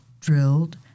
drilled